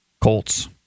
Colts